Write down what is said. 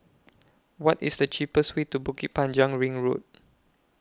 What IS The cheapest Way to Bukit Panjang Ring Road